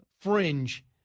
fringe